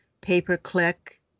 pay-per-click